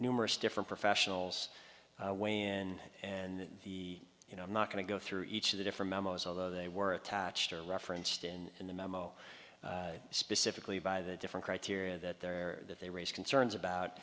numerous different professionals and and the you know i'm not going to go through each of the different memos although they were attached referenced in the memo specifically by the different criteria that they're that they raise concerns about